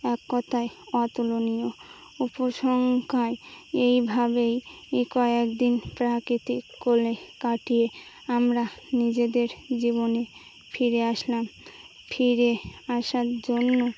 এক কথায় অতুলনীয় উপসংখ্যায় এইভাবেই কয়েক দিন প্রাকৃতিক কোলে কাটিয়ে আমরা নিজেদের জীবনে ফিরে আসলাম ফিরে আসার জন্য